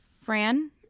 Fran